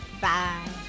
Bye